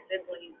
siblings